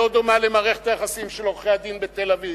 לא דומה למערכת היחסים של עורכי-הדין בתל-אביב,